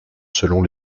selon